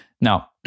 Now